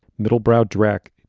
middlebrow dreck.